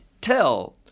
tell